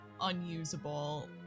unusable